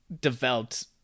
developed